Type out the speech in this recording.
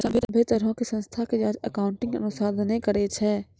सभ्भे तरहो के संस्था के जांच अकाउन्टिंग अनुसंधाने करै छै